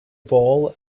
ball